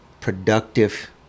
productive